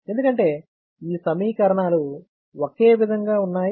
ఎందుకంటే ఈ సమీకరణాలు ఒకే విధంగా ఉన్నాయి